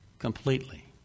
Completely